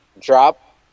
drop